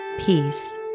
peace